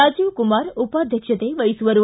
ರಾಜೀವ್ ಕುಮಾರ ಉಪಾಧ್ಯಕ್ಷತೆ ವಹಿಸುವರು